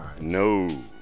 No